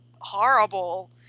horrible